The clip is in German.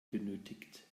benötigt